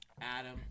Adam